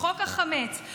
חוק החמץ.